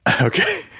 Okay